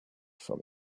from